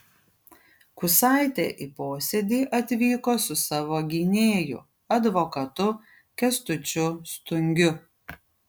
kusaitė į posėdį atvyko su savo gynėju advokatu kęstučiu stungiu